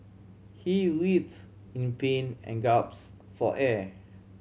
he writhe in pain and gaps for air